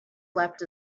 leapt